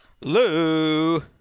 Lou